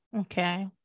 Okay